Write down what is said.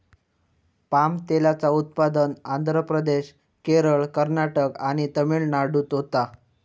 palm तेलाचा उत्पादन आंध्र प्रदेश, केरळ, कर्नाटक आणि तमिळनाडूत होता